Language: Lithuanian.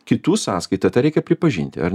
kitų sąskaita tą reikia pripažinti ar